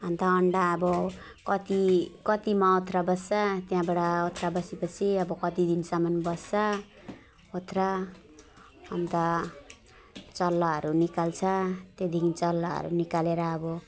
अन्त अन्डा अब कति कतिमा ओथ्रा बस्छ त्यहाँबाट ओथ्रा बसे पछि अब कति दिनसम्म बस्छ ओथ्रा अन्त चल्लाहरू निकाल्छ त्यहाँदेखि चल्लाहरू निकालेर अब